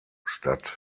statt